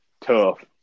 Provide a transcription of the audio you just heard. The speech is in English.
Tough